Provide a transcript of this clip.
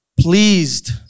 pleased